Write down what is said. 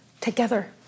together